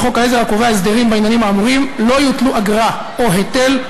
כי בחוק עזר הקובע הסדרים בעניינים האמורים לא יוטלו אגרה או היטל,